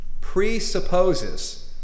presupposes